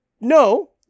no